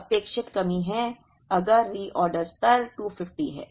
अब अपेक्षित कमी है अगर रिऑर्डर स्तर 250 है